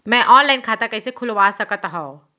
मैं ऑनलाइन खाता कइसे खुलवा सकत हव?